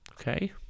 Okay